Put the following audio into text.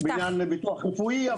בעניין לביטוח רפואי,